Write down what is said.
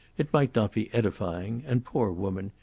it might not be edifying and, poor woman,